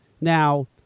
Now